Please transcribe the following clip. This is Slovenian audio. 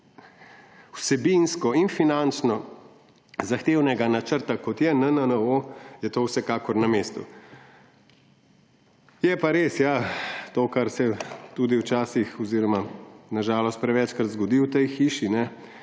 vsebinsko in finančno zahtevnega načrta kot je NNO, je to vsekakor na mestu. Je pa res to, kar se tudi včasih oziroma prevečkrat zgodi v tej hiši,